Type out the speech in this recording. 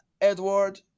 Edward